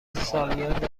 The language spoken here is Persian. سالگرد